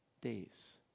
days